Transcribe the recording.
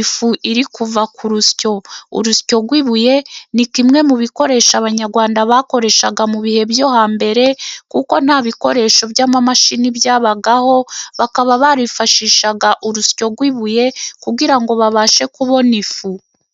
ifu iri kuva ku rusyo. Urusyo rw'ibuye ni kimwe mu bikoresho abanyarwanda bakoreshaga mu bihe byo hambere, kuko nta bikoresho by'amamashini byabagaho. Bakaba barifashishaga urusyo rw'ibuye kugira ngo babashe kubona ifu.